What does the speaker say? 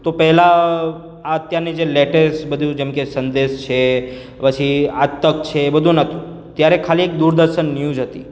તો પહેલાં આ અત્યારની જે લેટેસ્ટ બધું જેમ કે સંદેશ છે પછી આજતક છે એ બધું નહોતું ત્યારે ખાલી એક દુરદર્શન ન્યુઝ હતી